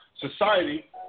society